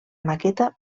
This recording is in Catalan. maqueta